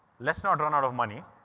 let's not run out of money.